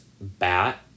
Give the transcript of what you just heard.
bat